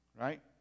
Right